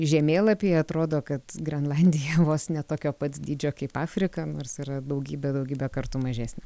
žemėlapyje atrodo kad grenlandija vos ne tokio pat dydžio kaip afrika nors yra daugybę daugybę kartų mažesnė